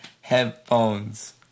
headphones